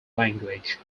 language